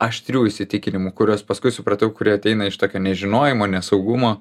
aštrių įsitikinimų kuriuos paskui supratau kurie ateina iš tokio nežinojimo nesaugumo